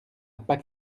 pas